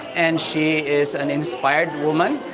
and she is an inspired woman,